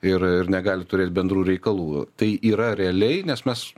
ir ir negali turėt bendrų reikalų tai yra realiai nes mes